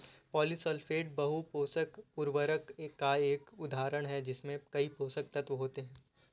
polysulphate बहु पोषक उर्वरक का एक उदाहरण है जिसमें कई पोषक तत्व होते हैं